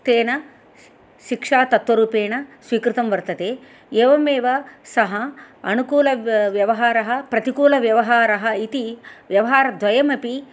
तेन शिक्षातत्वरूपेण स्वीकृतं वर्तते एवमेव सः अनुकूल व्यवहारः प्रतिकूलव्यवहारः इति व्यवहारद्वयमपि